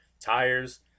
tires